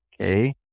Okay